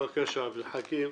בבקשה, עבד אל חכים,